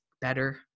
better